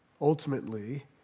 ultimately